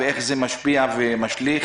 ואיך זה משפיע ומשליך